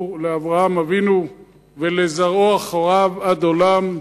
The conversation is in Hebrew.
לאברהם אבינו ולזרעו אחריו עד עולם,